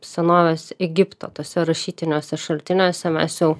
senovės egipto tuose rašytiniuose šaltiniuose mes jau